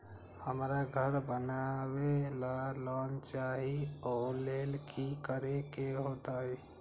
हमरा घर बनाबे ला लोन चाहि ओ लेल की की करे के होतई?